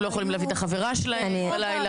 הם לא יכולים להביא את החברה שלהם ללילה.